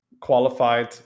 qualified